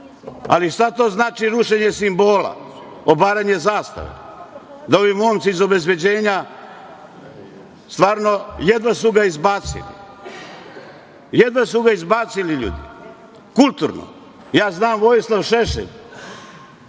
Ali, šta to znači rušenje simbola, obaranje zastave, da ovi momci iz obezbeđenja, stvarno, jedva su ga izbacili? Jedva su ga izbacili ljudi, kulturno. Znam, Vojislav Šešelj,